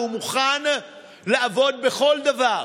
והוא מוכן לעבוד בכל דבר,